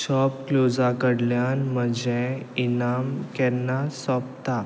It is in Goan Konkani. शॉपक्लुजां कडल्यान म्हजें इनाम केन्ना सोंपता